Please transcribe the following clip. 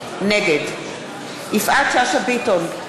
נגד יפעת שאשא ביטון,